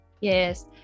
Yes